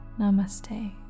Namaste